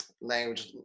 language